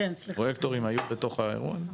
הם היו בתוך האירוע הזה?